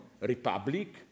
republic